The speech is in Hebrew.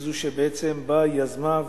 היא זאת שבעצם באה, יזמה.